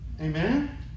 Amen